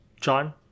john